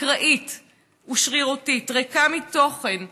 אקראית ושרירותית, ריקה מתוכן וממשמעות,